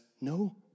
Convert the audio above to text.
no